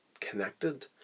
connected